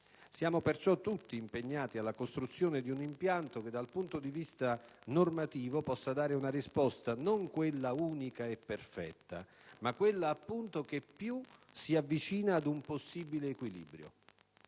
Siamo perciò tutti impegnati alla costruzione di un impianto che, dal punto di vista normativo, possa dare una risposta, non quella unica e perfetta, ma quella, appunto, che più si avvicina ad un possibile equilibrio.